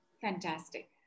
Fantastic